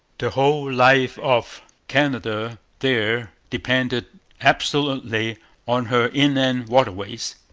the whole life of canada there depended absolutely on her inland waterways.